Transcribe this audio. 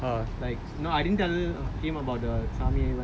I went temple then I told the aiyar lah about this